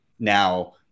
now